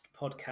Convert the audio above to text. podcast